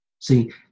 See